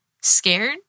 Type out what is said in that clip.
scared